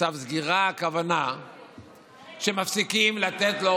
צו סגירה, הכוונה שמפסיקים לתת לו